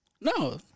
No